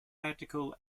tactical